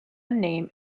name